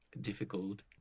difficult